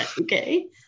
Okay